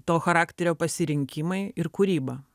to charakterio pasirinkimai ir kūryba